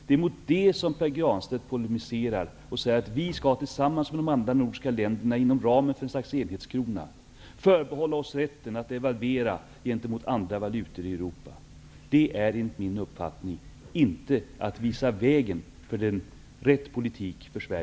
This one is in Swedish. Det är mot det som Pär Granstedt polemiserar och säger att vi tillsammans med de andra nordiska länderna, inom ramen för ett slags enhetskrona, skall förbehålla oss rätten att devalvera gentemot andra valutor i Europa. Det är enligt min uppfattning inte att visa vägen för en rätt politik för